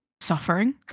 suffering